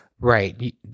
Right